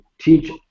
teach